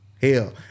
Hell